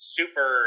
super